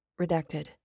Redacted